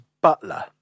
butler